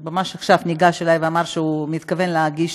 ממש עכשיו ניגש אליי ואמר שהוא מתכוון להגיש